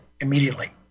immediately